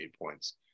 points